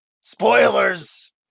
Spoilers